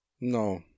No